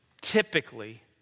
Typically